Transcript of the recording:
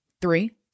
three